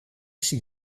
she